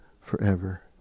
forever